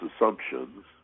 assumptions